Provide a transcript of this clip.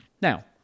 Now